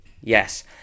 Yes